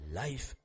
life